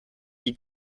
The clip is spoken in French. qui